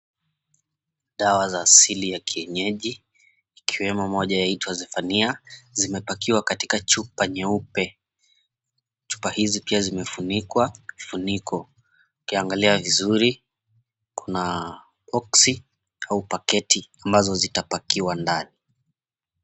Dawa za asili za kienyeji ikiwemo moja yaitwa zephamia, zimepakiwa katika chupa nyeupe. Chupa hizi pia zimefunikwa vifuniko. Ukiangalia vizuri kuna boksi au paketi ambazo zitapakiwa ndani.